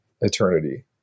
eternity